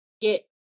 get